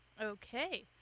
Okay